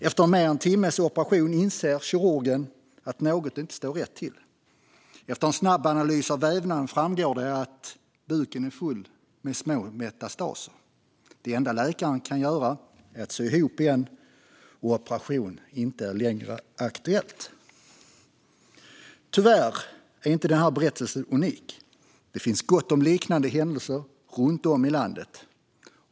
Efter mer än en timmes operation inser kirurgen att något inte står rätt till. Efter en snabbanalys av vävnaden framgår det att buken är full av små metastaser. Det enda läkaren kan göra är att sy ihop buken, och någon mer operation är inte längre aktuell. Tyvärr är inte denna berättelse unik. Det finns gott om liknande händelser runt om i landet.